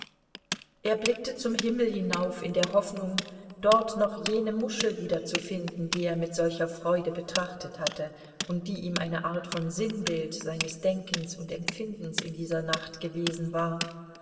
er blickte zum himmel hinauf in der hoffnung dort noch jene muschel wiederzufinden die er mit solcher freude betrachtet hatte und die ihm eine art von sinnbild seines denkens und empfindens in dieser nacht gewesen war